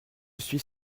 suis